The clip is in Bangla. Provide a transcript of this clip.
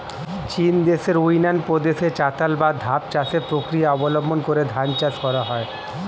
চীনদেশের ইউনান প্রদেশে চাতাল বা ধাপ চাষের প্রক্রিয়া অবলম্বন করে ধান চাষ করা হয়